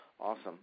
Awesome